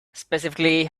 specifically